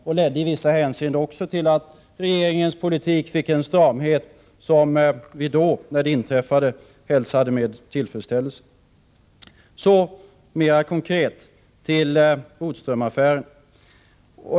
Den ledde i vissa hänseenden till att regeringens politik fick en stramhet som vi då, när det inträffade, hälsade med tillfredsställelse. Nu mera konkret till Bodströmaffären.